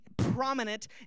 prominent